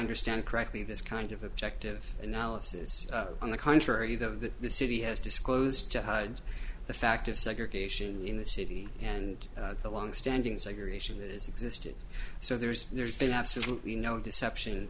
understand correctly this kind of objective analysis on the contrary the city has disclosed the fact of segregation in the city and the longstanding segregation that has existed so there's there's been absolutely no deception